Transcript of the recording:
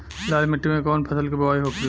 लाल मिट्टी में कौन फसल के बोवाई होखेला?